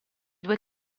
due